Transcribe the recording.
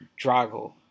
Drago